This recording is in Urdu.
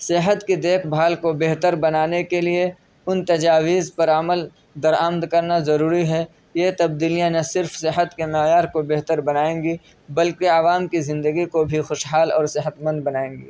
صحت کی دیکھ بھال کو بہتر بنانے کے لیے ان تجاویز پر عمل درآمد کرنا ضروری ہے یہ تبدیلیاں نہ صرف صحت کے معیار کو بہتر بنائیں گی بلکہ عوام کی زندگی کو بھی خوشحال اور صحتمند بنائیں گی